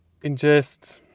ingest